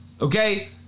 Okay